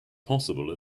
possible